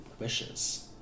wishes